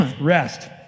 rest